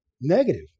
Negative